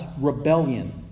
rebellion